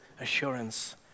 Assurance